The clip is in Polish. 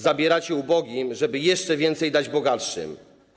Zabieracie ubogim, żeby jeszcze więcej dać bogatszym.